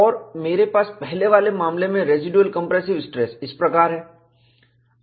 और मेरे पास पहले वाले मामले में रेसीड्यूल कंप्रेसिव स्ट्रेस इस प्रकार है